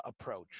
approach